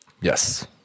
Yes